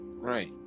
Right